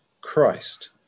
Christ